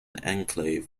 enclave